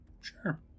sure